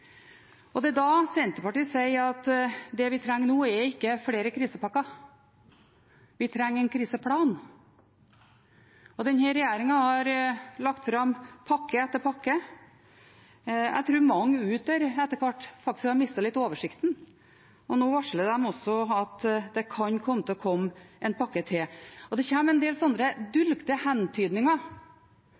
Det er da Senterpartiet sier at det vi trenger nå, ikke er flere krisepakker. Vi trenger en kriseplan. Denne regjeringen har lagt fram pakke etter pakke. Jeg tror mange der ute etter hvert har mistet litt oversikten. Nå varsler de også at det kan komme til å komme en pakke til. Det kommer en del slike dulgte hentydninger.